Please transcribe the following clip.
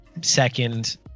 second